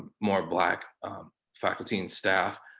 more black faculty and staff,